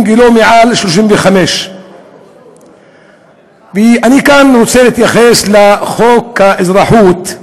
אם גילו מעל 35. כאן אני רוצה להתייחס לחוק האזרחות,